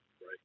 Right